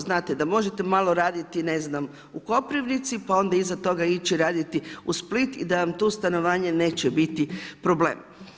Znate da možete malo raditi, ne znam u Kopirnici, pa onda iza toga ići raditi u Split i da vam tu stanovanje neće biti problem.